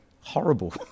Horrible